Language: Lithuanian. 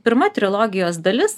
pirma trilogijos dalis